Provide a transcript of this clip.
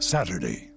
Saturday